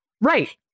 Right